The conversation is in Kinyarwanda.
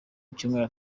icyumweru